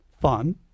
fun